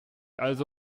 also